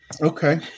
Okay